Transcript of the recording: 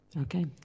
Okay